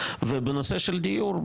ובנושא של דיור,